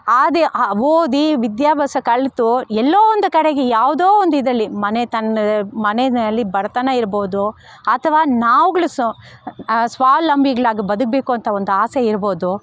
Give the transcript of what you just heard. ಆದಿ ಓದಿ ವಿದ್ಯಾಭ್ಯಾಸ ಕಲಿತು ಎಲ್ಲೋ ಒಂದು ಕಡೆಗೆ ಯಾವುದೋ ಒಂದು ಇದಲ್ಲಿ ಮನೆ ತನ್ನ ಮನೆಯಲ್ಲಿ ಬಡತನ ಇರಬೋದು ಅಥವಾ ನಾವುಗಳು ಸ್ವಾವಲಂಬಿಗಳಾಗಿ ಬದುಕಬೇಕು ಅಂತ ಒಂದು ಆಸೆ ಇರಬೋದು